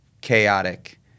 chaotic